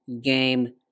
game